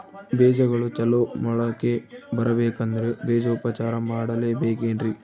ಬೇಜಗಳು ಚಲೋ ಮೊಳಕೆ ಬರಬೇಕಂದ್ರೆ ಬೇಜೋಪಚಾರ ಮಾಡಲೆಬೇಕೆನ್ರಿ?